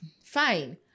Fine